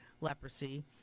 leprosy